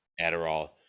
Adderall